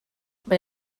mae